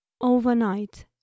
Overnight